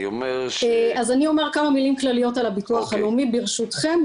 מילים כלליות על הביטוח הלאומי ברשותכם,